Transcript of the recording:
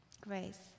grace